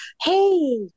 hey